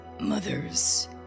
Mother's